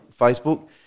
Facebook